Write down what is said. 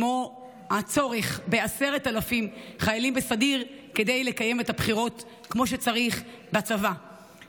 כמו הצורך ב-10,000 חיילים בסדיר כדי לקיים את הבחירות כמו שצריך בצבא,